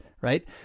right